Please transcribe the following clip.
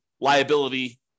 liability